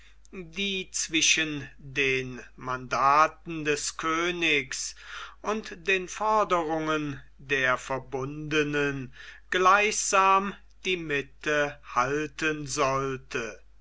die zwischen den mandaten des königs und den forderungen der verbundenen gleichsam die mitte halten sollte